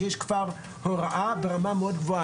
שיש כבר הוראה ברמה מאוד גבוהה,